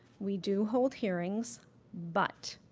we do hold hearings but,